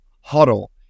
huddle